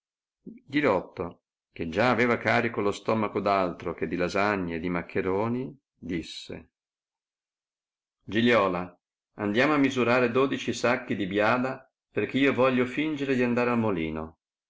disse giliola ghirotto che già aveva carico lo stomaco d altro che di lasagne e di maccheroni disse giliola andiamo a misurare dodici sacchi di biada perchè io voglio fìngere di andare al molino